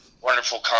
wonderful